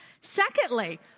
Secondly